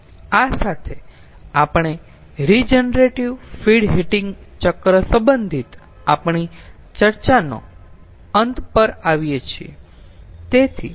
આ સાથે આપણે રીજનરેટીવ ફીડ હીટિંગ ચક્ર સંબંધિત આપણી ચર્ચાના અંત પર આવીએ છીએ